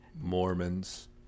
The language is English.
Mormons